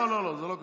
לא, לא, זה לא קשור.